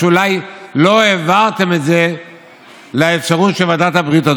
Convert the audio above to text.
ואולי לא העברתם את זה לאפשרות של ועדת הבריאות.